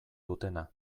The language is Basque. dutena